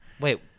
wait